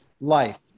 life